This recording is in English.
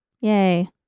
Yay